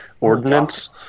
Ordinance